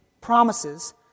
promises